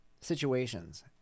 situations